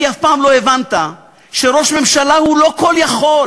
כי אף פעם לא הבנת שראש ממשלה הוא לא כול יכול,